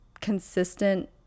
consistent